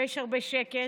ויש הרבה שקט.